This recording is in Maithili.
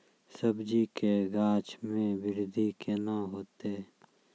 सब्जी के गाछ मे बृद्धि कैना होतै?